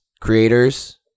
creators